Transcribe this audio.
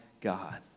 God